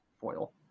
foil